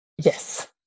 yes